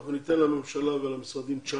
אנחנו ניתן לממשלה ולמשרדים צ'אנס.